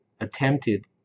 attempted